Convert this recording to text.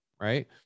Right